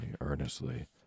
earnestly